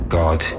god